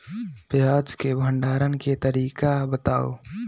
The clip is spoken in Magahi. प्याज के भंडारण के तरीका बताऊ?